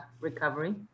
recovery